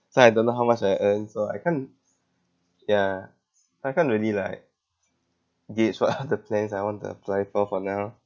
so I don't know how much I earn so I can't ya I can't really like gauge what are the plans I want to apply for for now